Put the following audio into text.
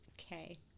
Okay